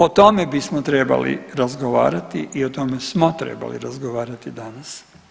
O tome bismo trebali razgovarati i o tome smo trebali razgovarati danas.